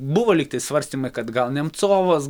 buvo lygtai svarstymai kad gal nemcovas